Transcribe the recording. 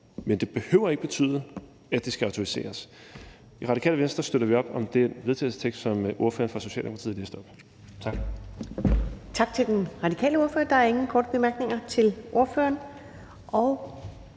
det ikke behøver betyde, at man skal autoriseres. I Radikale Venstre støtter vi op om den vedtagelsestekst, som ordføreren for Socialdemokratiet læste op. Tak.